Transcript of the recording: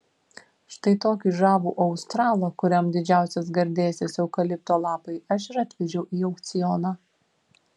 štai tokį žavų australą kuriam didžiausias gardėsis eukalipto lapai aš ir atvežiau į aukcioną